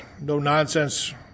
no-nonsense